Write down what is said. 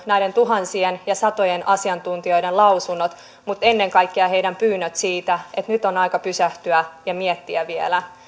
näiden tuhansien ja satojen asiantuntijoiden lausunnot eivätkä ennen kaikkea heidän pyyntönsä siitä että nyt on aika pysähtyä ja miettiä vielä